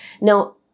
Now